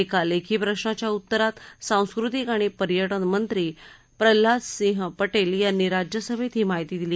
एका लेखी प्रशाच्या उत्तरात सांस्कृतिक आणि पर्यटन मंत्री प्रल्हाद सिंह पटेल यांनी राज्यसभेत ही माहिती दिली